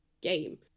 game